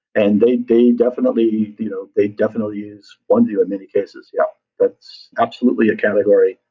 and they they definitely you know they definitely use oneview in many cases. yeah. that's absolutely a category.